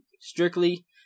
strictly